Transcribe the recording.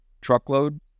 truckload